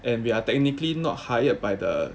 and we are technically not hired by the